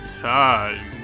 time